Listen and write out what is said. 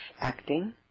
acting